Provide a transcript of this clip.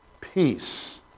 peace